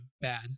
bad